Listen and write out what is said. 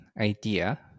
idea